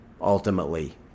ultimately